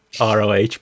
ROH